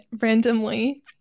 randomly